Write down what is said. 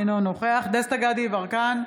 אינו נוכח דסטה גדי יברקן,